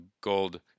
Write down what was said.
gold